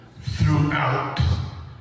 throughout